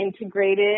integrated